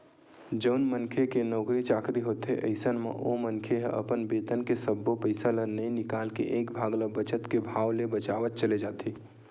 जउन मनखे के नउकरी चाकरी होथे अइसन म ओ मनखे ह अपन बेतन के सब्बो पइसा ल नइ निकाल के एक भाग ल बचत के भाव ले बचावत चले जाथे